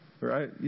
Right